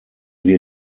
wir